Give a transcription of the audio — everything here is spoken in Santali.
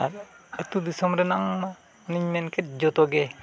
ᱟᱨ ᱟᱹᱛᱩ ᱫᱤᱥᱚᱢ ᱨᱮᱱᱟᱜᱼᱢᱟ ᱚᱱᱮᱧ ᱢᱮᱱᱠᱮᱫ ᱡᱚᱛᱚᱜᱮ